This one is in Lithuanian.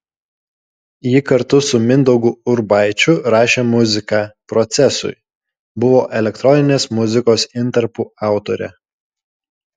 ji kartu su mindaugu urbaičiu rašė muziką procesui buvo elektroninės muzikos intarpų autorė